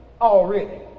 already